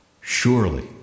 Surely